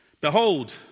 Behold